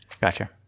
Gotcha